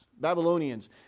Babylonians